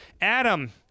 Adam